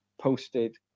Posted